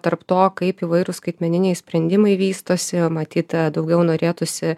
tarp to kaip įvairūs skaitmeniniai sprendimai vystosi o matyt daugiau norėtųsi